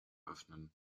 öffnen